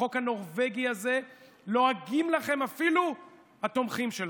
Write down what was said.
החוק הנורבגי הזה, לועגים לכם אפילו התומכים שלכם.